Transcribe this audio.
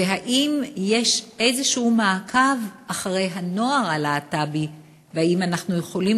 האם יש איזשהו מעקב אחרי הנוער הלהט"בי והאם אנחנו יכולים